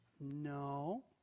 No